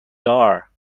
door